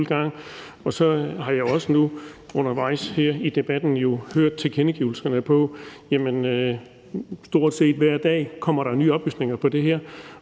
Og så har jeg jo også nu undervejs her i debatten hørt tilkendegivelserne af, at der stort set hver dag kommer nye oplysninger om det her.